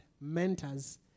mentors